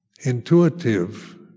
intuitive